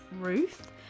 ruth